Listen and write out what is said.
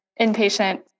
inpatient